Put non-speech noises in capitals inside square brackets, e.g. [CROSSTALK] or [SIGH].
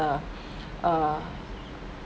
uh [BREATH] uh